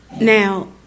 now